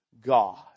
God